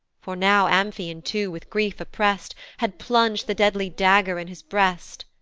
for now amphion too, with grief oppress'd, had plung'd the deadly dagger in his breast.